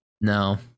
No